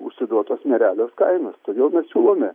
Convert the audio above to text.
užsiduotos nerealios kainos todėl mes siūlome